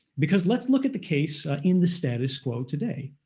because let's look at the case in the status quo today.